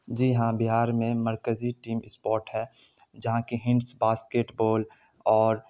جی ہاں بہار میں مرکزی ٹیم سپورٹ ہے جہاں کی ہنٹس باسکٹ بال اور